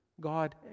God